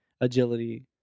agility